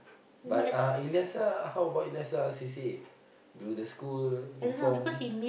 but uh Elisa how about Elisa C_C_A do the school inform